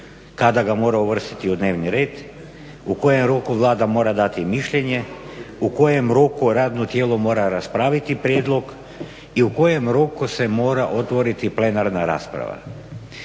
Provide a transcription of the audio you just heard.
kada ga mora uvrstiti u dnevni red, u kojem roku Vlada mora dati mišljenje, u kojem roku radno tijelo mora raspraviti prijedlog i u kojem roku se mora otvoriti plenarna rasprava.